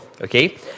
okay